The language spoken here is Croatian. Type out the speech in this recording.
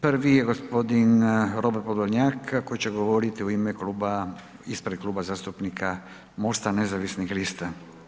Prvi je gospodin Robert Podolnjak, koji će govoriti u ime kluba, ispred Klub zastupnika MOST-a Nezavisnih lista.